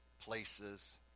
places